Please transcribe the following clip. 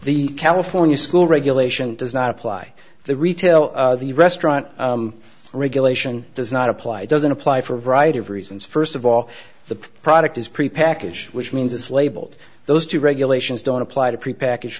the california school regulation does not apply the retail the restaurant regulation does not apply doesn't apply for a variety of reasons first of all the product is prepackaged which means it's labeled those two regulations don't apply to prepackaged